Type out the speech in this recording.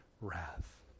wrath